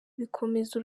bikomeza